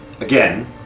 again